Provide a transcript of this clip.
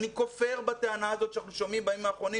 אני כופר בטענה הזאת שאנחנו שומעים בימים האחרונים